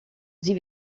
sie